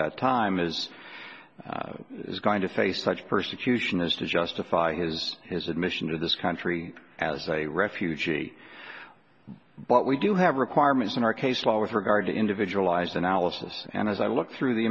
that time is going to face such persecution as to justify his his admission to this country as a refugee but we do have requirements in our case law with regard to individualized analysis and as i look through the